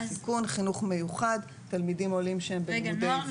כרגע חל 8א על כיתות ח' עד י"ב ברשות אדומה,